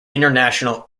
international